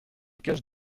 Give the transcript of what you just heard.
cachent